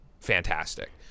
fantastic